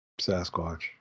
sasquatch